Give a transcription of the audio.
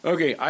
Okay